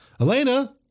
Elena